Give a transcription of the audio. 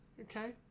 Okay